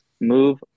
move